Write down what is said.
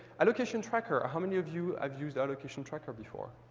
allocation tracker. ah how many of you have used allocation tracker before?